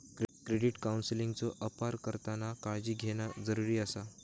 credit काउन्सेलिंगचो अपार करताना काळजी घेणा जरुरी आसा